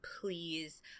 please